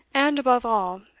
and, above all,